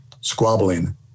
squabbling